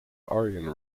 aryan